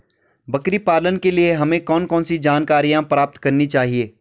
बकरी पालन के लिए हमें कौन कौन सी जानकारियां प्राप्त करनी चाहिए?